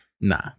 Nah